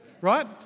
right